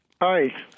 Hi